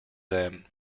them